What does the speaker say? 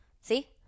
See